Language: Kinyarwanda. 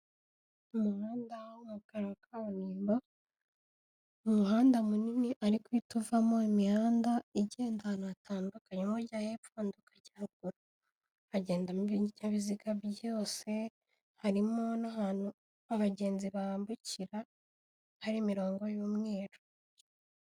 Umuhanda wa kaburimbo, ni umuhanda munini ariko uhita uvamo imihanda igenda ahantu hatandukanye, umwe ugenda hepfo undi ukajya ruguru, ukagendamo ibinyabiziga byose harimo n'ahantu abagenzi bambukira hari imirongo y'umweru.